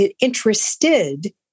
interested